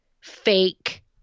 fake